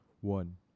One